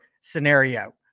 scenario